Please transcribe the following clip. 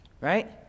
right